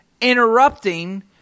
interrupting